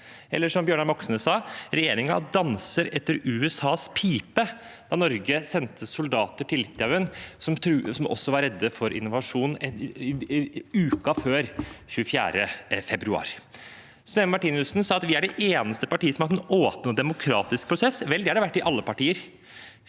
eller som Bjørnar Moxnes sa, at regjeringen danser etter USAs pipe, da Norge sendte soldater til Litauen, som også var redde for invasjon i uken før 24. februar. Sneve Martinussen sa at de er det eneste partiet som har hatt en åpen og demokratisk prosess. Vel, det har det vært i alle partier.